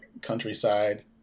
countryside